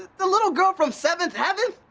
the little girl from seventh heaven!